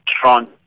Tron